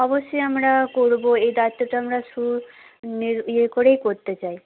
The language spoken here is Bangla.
অবশ্যই আমরা করব এই দায়িত্বটা আমরা শুরু ইয়ে করেই করতে চাই